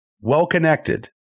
well-connected